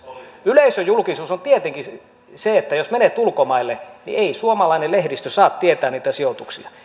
yleisöjulkisuus on tietenkin se että jos menet ulkomaille niin ei suomalainen lehdistö saa tietää niitä sijoituksia